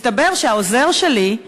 מסתבר שהעוזר שלי,